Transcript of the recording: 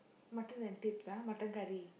mutton and tips ah mutton curry